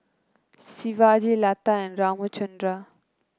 Shivaji Lata and Ramchundra